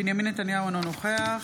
בנימין נתניהו, אינו נוכח